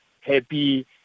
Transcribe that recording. Happy